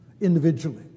individually